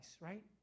right